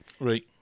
Right